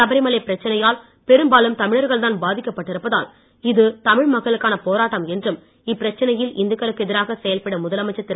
சபரிமலை பிரச்சனையால் பெரும்பாலும் தமிழர்கள்தான் பாதிக்கப் பட்டிருப்பதால் இது தமிழ் மக்களுக்கான போராட்டம் என்றும் இப்பிரச்சனையில் இந்துக்களுக்கு எதிராக செயல்படும் முதலமைச்சர் திரு